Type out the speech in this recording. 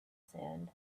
sand